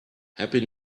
happy